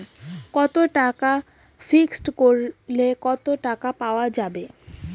কত টাকা ফিক্সড করিলে কত টাকা পাওয়া যাবে?